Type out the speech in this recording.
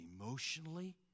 emotionally